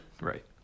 Right